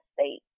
state